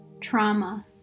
trauma